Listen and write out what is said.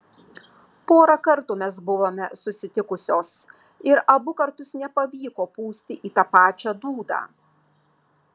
porą kartų mes buvome susitikusios ir abu kartus nepavyko pūsti į tą pačią dūdą